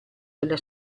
della